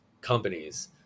companies